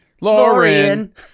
Lauren